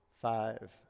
five